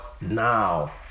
now